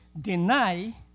deny